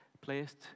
placed